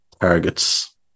targets